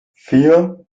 vier